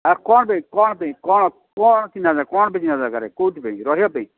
ଆଉ କ'ଣ ପାଇଁ କ'ଣ ପାଇଁ କ'ଣ କ'ଣ ଚିହ୍ନା ଦରକାର କ'ଣ ପାଇଁ ଚିହ୍ନା ଦରକାର କେଉଁଥି ପାଇଁକି ରହିବା ପାଇଁ